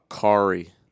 Kari